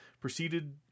proceeded